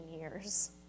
years